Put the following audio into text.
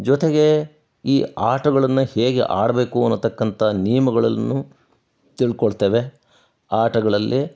ಜೊತೆಗೆ ಈ ಆಟಗಳನ್ನ ಹೇಗೆ ಆಡಬೇಕು ಅನ್ನತಕ್ಕಂಥ ನಿಯಮಗಳನ್ನು ತಿಳ್ಕೊಳ್ತೇವೆ ಆಟಗಳಲ್ಲಿ